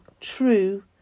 true